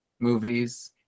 Movies